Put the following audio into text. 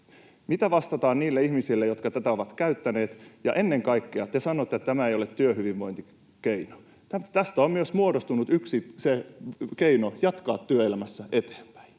Mitä vastataan niille ihmisille, jotka tätä ovat käyttäneet? Ja ennen kaikkea te sanotte, että tämä ei ole työhyvinvointikeino. Tästä on muodostunut yksi keino jatkaa työelämässä eteenpäin,